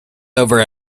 over